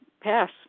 pass